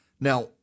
Now